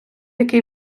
який